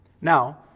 Now